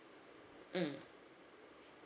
mm